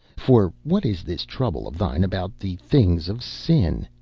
for what is this trouble of thine about the things of sin?